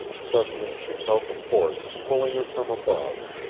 suddenly she felt a force pulling her from above.